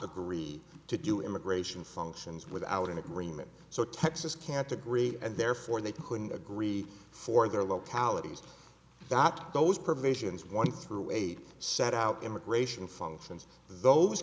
agree to do immigration functions without an agreement so texas can't agree and therefore they couldn't agree for their localities not those provisions one through eight sat out immigration functions those